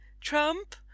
Trump